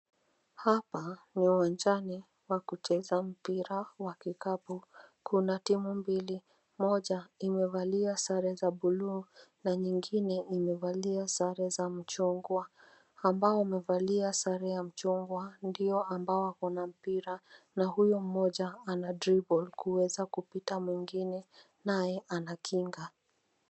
Hapa, ni uwanjani kwa kucheza mpira wa kikapu. Kuna timu mbili ,moja imevalia sare za bulu na nyingine imevalia sare za mchungwa. Ambao umevalia sare ya mchungwa ndio ambao wako na mpira na huyo mmoja ana dribble , kuweza kupita mwingine, naye anakinga.